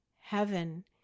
heaven